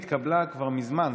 התקבלה כבר מזמן.